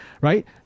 right